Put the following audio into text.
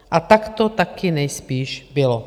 A tak to taky nejspíš bylo.